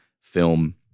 film